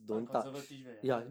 他很 conservative eh 他很